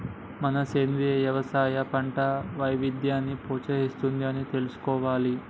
మనం సెంద్రీయ యవసాయం పంట వైవిధ్యాన్ని ప్రోత్సహిస్తుంది అని తెలుసుకోవాలి